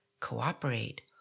cooperate